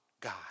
God